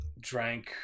drank